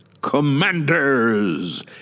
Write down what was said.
Commanders